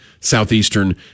Southeastern